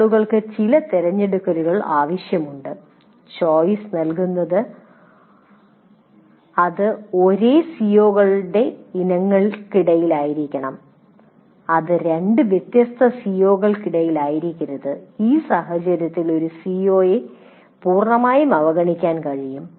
ആളുകൾക്ക് ചില തിരഞ്ഞെടുക്കലുകൾ ആവശ്യമുണ്ട് ചോയ്സ് നൽകുന്നത് അത് ഒരേ സിഒകളുടേ ഇനങ്ങൾക്കിടയിലായിരിക്കണം അത് രണ്ട് വ്യത്യസ്ത സിഒകൾക്കിടയിലായിരിക്കരുത് ഈ സാഹചര്യത്തിൽ ഒരു സിഒയെ പൂർണ്ണമായും അവഗണിക്കാൻ കഴിയും